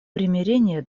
примирение